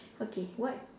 okay what